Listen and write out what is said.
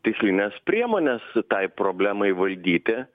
tikslines priemones tai problemai valdyti